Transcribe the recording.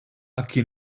aki